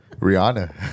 Rihanna